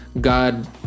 God